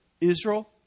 Israel